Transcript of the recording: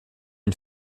une